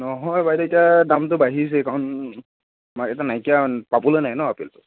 নহয় বাইদেউ এতিয়া দামটো বাঢ়িছে কাৰণ মাৰ্কেটত নাইকিয়া পাবলৈ নাই ন আপেল